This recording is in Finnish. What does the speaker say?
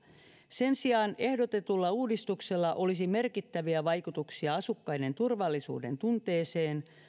sen sijaan ehdotetulla uudistuksella olisi merkittäviä vaikutuksia asukkaiden turvallisuudentunteeseen